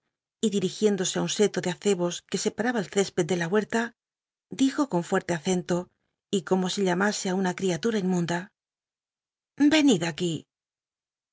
r igiéndose ü nn seto de acebos que eparaba el cesped ele la huerta dijo con fuer'lc acento y como si llamase ü una criatura inmunda venid aquí